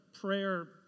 prayer